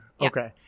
okay